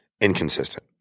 inconsistent